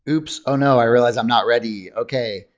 oops, oh no, i realized i'm not ready! okay,